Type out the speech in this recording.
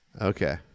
Okay